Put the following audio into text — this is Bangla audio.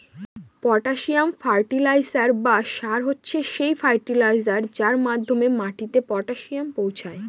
পটাসিয়াম ফার্টিলাইসার বা সার হচ্ছে সেই ফার্টিলাইজার যার মাধ্যমে মাটিতে পটাসিয়াম পৌঁছায়